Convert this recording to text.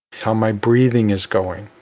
how my breathing is going.